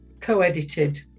co-edited